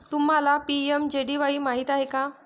तुम्हाला पी.एम.जे.डी.वाई माहित आहे का?